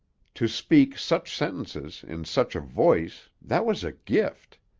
to speak such sentences in such a voice that was a gift.